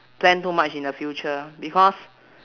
plan too much in the future because